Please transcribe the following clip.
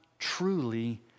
truly